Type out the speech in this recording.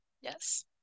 yes